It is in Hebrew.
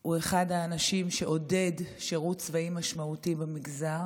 הוא אחד האנשים שעודדו שירות צבאי משמעותי במגזר.